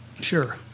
Sure